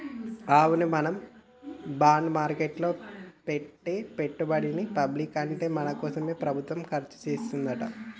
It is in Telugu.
అవును మనం బాండ్ మార్కెట్లో పెట్టే పెట్టుబడులని పబ్లిక్ అంటే మన కోసమే ప్రభుత్వం ఖర్చు చేస్తాడంట